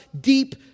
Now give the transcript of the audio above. deep